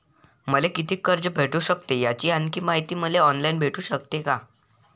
मले कितीक कर्ज भेटू सकते, याची आणखीन मायती मले ऑनलाईन भेटू सकते का?